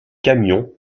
camions